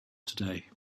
today